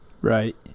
right